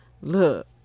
Look